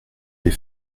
des